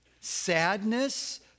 sadness